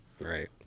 Right